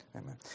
Amen